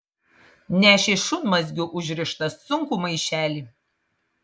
nešė šunmazgiu užrištą sunkų maišelį